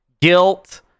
guilt